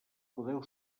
podeu